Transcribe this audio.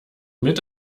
mit